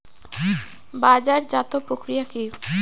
বাজারজাতও প্রক্রিয়া কি?